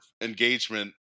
engagement